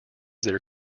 their